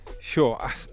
Sure